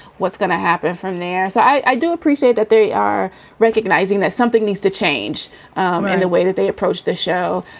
what's going to happen from there? so i do appreciate that they are recognizing that something needs to change in um and the way that they approach the show.